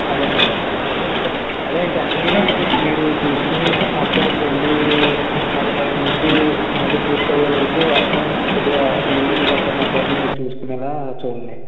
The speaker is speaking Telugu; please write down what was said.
అదేండి అదే అదే ఇంక అన్నీ మీరు చూసుకొని మొత్తం పెళ్ళి మొదలయ్యే నుంచి మొత్తం పూర్తయ్యే వరకు అన్నీ కొద్దిగా ఈవెంట్గా కాక మా పెళ్ళి మీరు చేసుకునేలా చూడండి